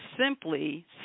simply